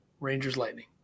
Rangers-Lightning